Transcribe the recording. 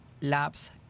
Labs